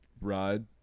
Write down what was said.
ride